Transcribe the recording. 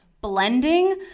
blending